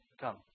Come